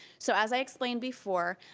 so as i explained before,